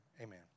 Amen